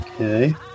Okay